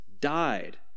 died